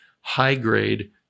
high-grade